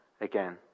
again